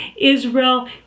Israel